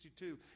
1962